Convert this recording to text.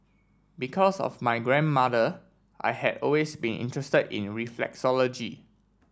because of my grandmother I had always been interested in reflexology